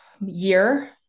year